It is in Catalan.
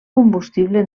combustible